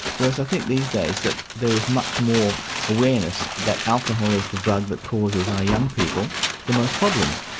whereas i think these days that there is much more awareness that alcohol is the drug that causes our young people the most problems.